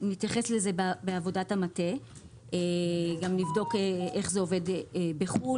נתייחס לזה בעבודת המטה ונבדוק גם איך זה עובד בחו"ל,